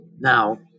now